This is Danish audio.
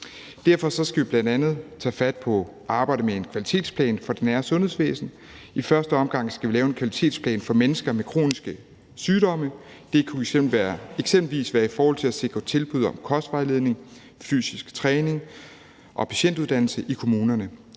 Derfor skal vi bl.a. tage fat på at arbejde med en kvalitetsplan for det nære sundhedsvæsen. I første omgang skal vi lave en kvalitetsplan for mennesker med kroniske sygdomme. Det kunne eksempelvis være i forhold til at sikre tilbud om kostvejledning, fysisk træning og patientuddannelse i kommunerne.